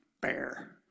bear